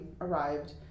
arrived